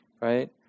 right